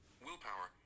willpower